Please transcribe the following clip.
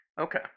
Okay